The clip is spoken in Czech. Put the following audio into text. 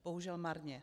Bohužel marně.